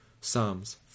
Psalms